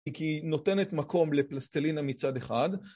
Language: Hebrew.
כי היא נותנת מקום לפלסטלינה מצד אחד.